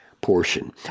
portion